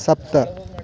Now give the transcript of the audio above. सप्त